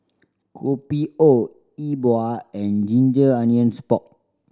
Kopi O E Bua and ginger onions pork